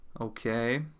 Okay